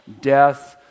death